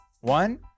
One